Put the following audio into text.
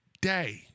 day